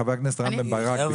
חבר הכנסת רם בן ברק.